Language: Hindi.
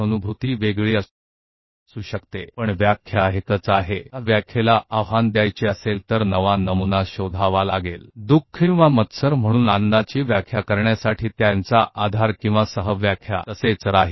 अगर आप उस परिभाषा को चुनौती देना चाहते हैं तो आपको नए प्रतिमान को ढूंढना होगा खुशी को उदासी या ईर्ष्या को परिभाषित करने के लिए या उन परिभाषाओं का आधार या सह परिभाषा समान ही रहेगी